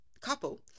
Couple